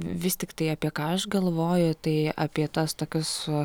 vis tiktai apie ką aš galvoju tai apie tas tokius